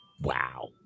wow